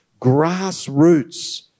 grassroots